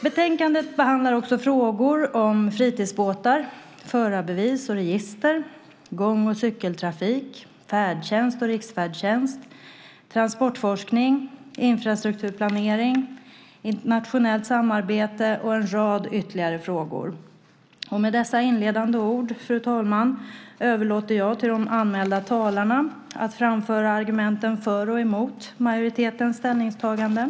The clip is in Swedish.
Betänkandet behandlar också frågor om fritidsbåtar, förarbevis och register, gång och cykeltrafik, färdtjänst och riksfärdtjänst, transportforskning, infrastrukturplanering, internationellt samarbete och en rad ytterligare frågor. Med dessa inledande ord, fru talman, överlåter jag till de anmälda talarna att framföra argumenten för och emot majoritetens ställningstaganden.